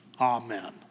Amen